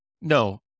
No